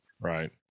Right